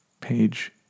Page